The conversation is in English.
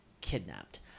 kidnapped